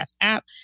app